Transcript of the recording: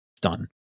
Done